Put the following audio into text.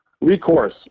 recourse